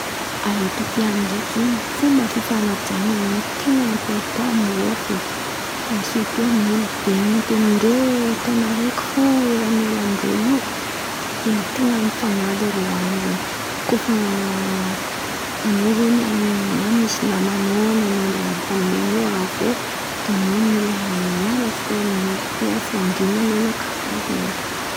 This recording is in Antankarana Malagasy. A Etiôpia an̈y ndraiky zen̈y, fomba fifan̈ajan̈a zen̈y ten̈a importan amin-drô ao feky. Sirto amin'olo be no ten̈a ndray taon̈o araiky fo elan̈elan̈a ndrô io ten̈a mifan̈aja rô amin'zen̈y. Koa fa an̈ao zeny amy na misy namanao famià nao mila miala fo. Amin'io, ndray amy fandrian̈a na karà zen̈y.